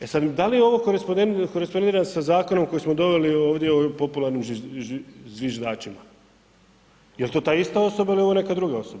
E sad da li se ovo korespondira sa zakonom koji smo doveli ovdje o popularnim zviždačima, je li to ta ista osoba ili je ovo neka druga osoba?